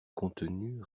contenue